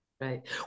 right